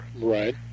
right